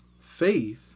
faith